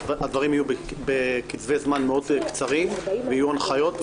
הדברים יהיו בקצבי זמן מאוד קצרים ויהיו הנחיות.